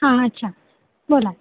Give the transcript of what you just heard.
हां अच्छा बोला